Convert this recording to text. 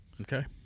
Okay